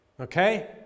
Okay